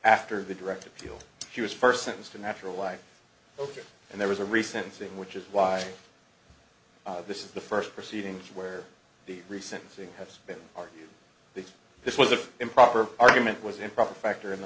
after the direct appeal he was first sentenced a natural life ok and there was a recent thing which is why this is the first proceeding where the recent thing has been argued that this was an improper argument was improper factor in the